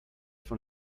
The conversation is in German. von